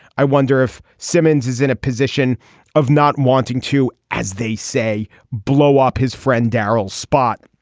i wonder if simmons is in a position of not wanting to as they say blow up his friend darrel spot